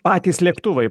patys lėktuvai